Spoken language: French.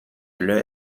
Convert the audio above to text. leur